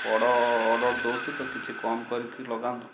ବଡ଼ ଅର୍ଡ଼ର ଦେଉଛି ତ କିଛି କମ୍ କରିକି ଲଗାନ୍ତୁ